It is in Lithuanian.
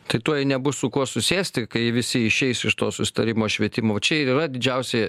tai tuoj nebus su kuo susėsti kai visi išeis iš to susitarimo švietimo va čia ir yra didžiausi